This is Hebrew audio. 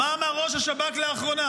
מה אמר ראש השב"כ לאחרונה?